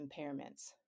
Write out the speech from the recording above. impairments